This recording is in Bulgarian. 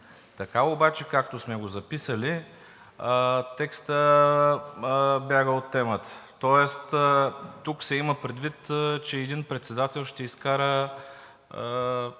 Така обаче, както сме го записали, текстът бяга от темата, тоест тук се има предвид, че един председател ще изкара едва ли